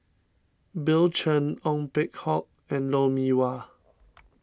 Bill Chen Ong Peng Hock and Lou Mee Wah